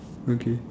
okay